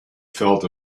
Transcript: felt